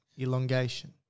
elongation